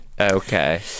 Okay